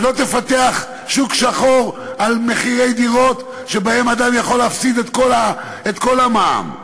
ולא תפתח שוק שחור על מחירי דירות שבהן אדם יכול להפסיד את כל המע"מ.